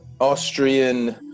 Austrian